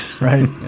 Right